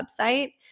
website